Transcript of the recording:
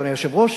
אדוני היושב-ראש.